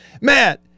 Matt